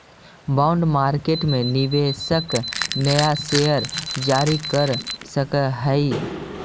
bond market में निवेशक नया शेयर जारी कर सकऽ हई